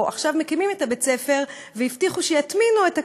או שעכשיו מקימים את בית-הספר והבטיחו שיטמינו את הקווים,